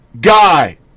guy